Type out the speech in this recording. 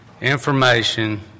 information